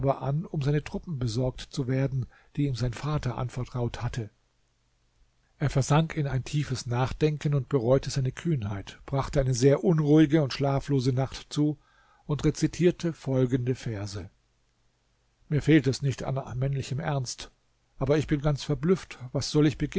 an um seine truppen besorgt zu werden die ihm sein vater anvertraut hatte er versank in tiefes nachdenken bereute seine kühnheit brachte eine sehr unruhige schlaflose nacht zu und rezitierte folgende verse mir fehlt es nicht an männlichem ernst aber ich bin ganz verblüfft was soll ich